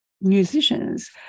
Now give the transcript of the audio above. musicians